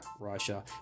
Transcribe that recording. Russia